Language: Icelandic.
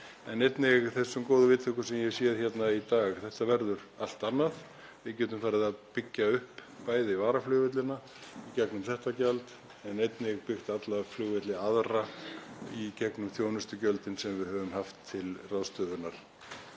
en einnig þessum góðu viðtökum sem ég hef séð hérna í dag. Þetta verður allt annað. Við getum farið að byggja upp varaflugvellina í gegnum þetta gjald en einnig byggt upp alla aðra flugvelli í gegnum þjónustugjöldin sem við höfum haft til ráðstöfunar.